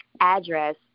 address